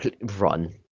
run